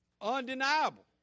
Undeniable